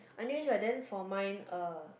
I know which one then for mine uh